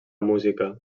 música